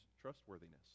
trustworthiness